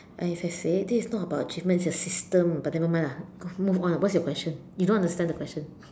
as I said this not about achievement it's a system but nevermind lah move on lah what's your question you don't understand the question